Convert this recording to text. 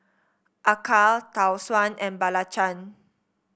acar Tau Suan and belacan